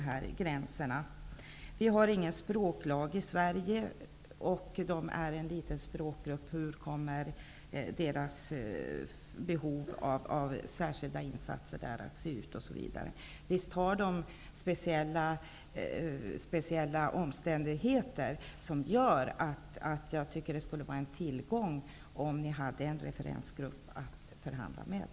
Det finns ingen språklag i Sverige, och samerna är en liten språkgrupp. Hur kommer deras behov av särskilda insatser på det området att tillgodoses? Så visst finns det speciella omständigheter som gör att det skulle vara en tillgång om det fanns en referensgrupp med i förhandlingarna.